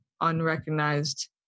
unrecognized